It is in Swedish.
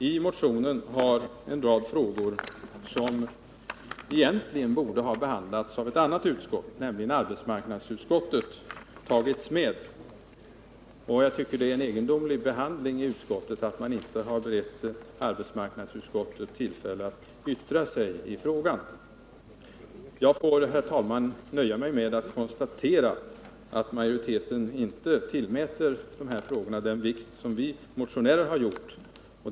I motionen har en rad frågor som egentligen borde ha behandlats av ett annat utskott, nämligen arbetsmarknadsutskottet, tagits med. Jag tycker det är en egendomlig behandling i utskottet när man inte har berett arbetsmarknadsutskottet tillfälle att yttra sig. Jag får, herr talman, nöja mig med att konstatera att majoriteten inte tillmäter dessa frågor den vikt som vi motionärer har tillmätt dem.